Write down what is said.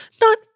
Not